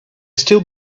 still